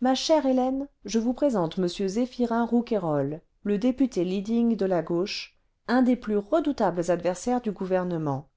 ma chère hélène je vous présente m zéphyrin rouquayrol le député leading de la gauche un des plus redoutables adversaires du gouvernement